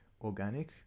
organic